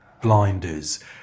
blinders